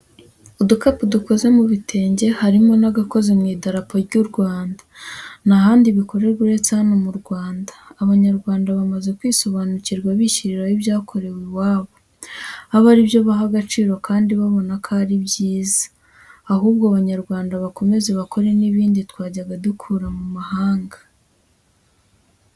Udukapu dukoze mu bitenge harimo n'agakoze mu idarapo ry'uRwanda, nta handi bikorerwa uretse hano mu Rwanda. Abanyarwanda bamaze kwisobanukirwa bishyiriraho ibyakorewe iwabo, aba ari byo baha agaciro kandi babona ko ari byiza, ahubwo Abanyarwanda bakomeze bakore n'ibindi twajyaga dukura mu mahanga.